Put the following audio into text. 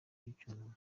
cy’icyunamo